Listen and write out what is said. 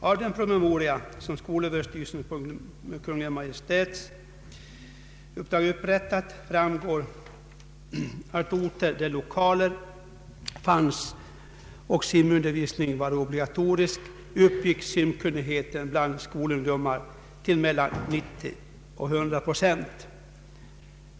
Av den promemoria som skolöverstyrelsen på Kungl. Maj:ts uppdrag upprättat framgår att på orter, där lokaler fanns och simundervisning var obligatorisk, uppgick simkunnigheten bland skolungdomar till mellan 90 och 100 procent.